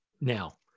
now